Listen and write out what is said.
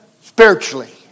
Spiritually